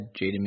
Jaden